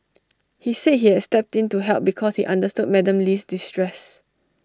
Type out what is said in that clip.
he said he had stepped in to help because he understood Madam Lee's distress